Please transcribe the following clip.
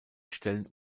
stellen